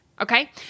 Okay